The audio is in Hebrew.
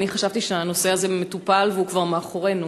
חשבתי שהנושא הזה מטופל וכבר מאחורינו,